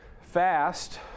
fast